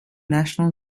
national